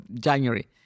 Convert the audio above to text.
January